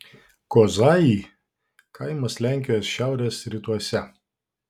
kozai kaimas lenkijos šiaurės rytuose